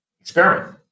experiment